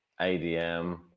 ADM